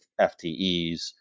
FTEs